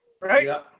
Right